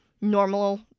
normal